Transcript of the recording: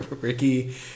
ricky